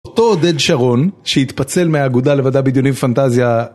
אותו עודד שרון, שהתפצל מהאגודה למדע בדיוני ופנטזיה